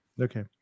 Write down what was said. Okay